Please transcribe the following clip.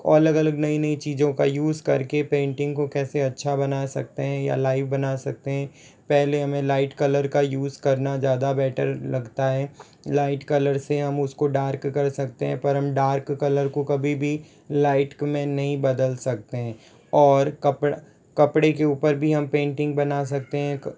और अलग अलग नई नई चीज़ों का उसे करके पेंटिंग को कैसे अच्छा बना सकते हैं या लाइव बना सकते हैं पहले हमें लाइट कलर का उसे करना ज़्यादा बैटर लगता है लाइट कलर से हम उसको डार्क कर सकते हैं पर हम डार्क कलर को कभी भी लाइट में नहीं बदल सकते हैं और कपड़े के ऊपर भी हम पेंटिंग बना सकते हैं